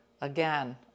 again